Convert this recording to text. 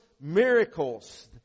miracles